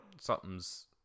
something's